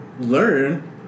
learn